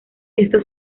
esto